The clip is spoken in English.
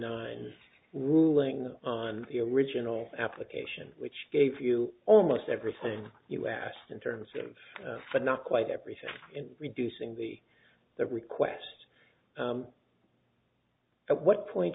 nine ruling on the original application which gave you almost everything you asked in terms of but not quite everything in reducing the that request at what point